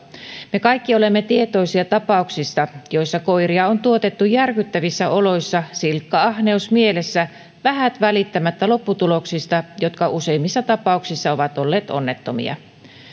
me kaikki olemme tietoisia tapauksista joissa koiria on tuotettu järkyttävissä oloissa silkka ahneus mielessä vähät välittämättä lopputuloksista jotka useimmissa tapauksissa ovat olleet onnettomia